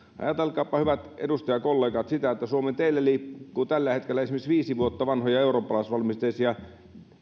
ajatelkaapa hyvät edustajakollegat sitä että suomen teillä liikkuu tällä hetkellä esimerkiksi viisi vuotta vanhoja eurooppalaisvalmisteisia